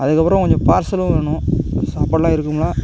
அதுக்கப்பறம் கொஞ்சம் பார்சலும் வேணும் சாப்பாடுலாம் இருக்குங்களா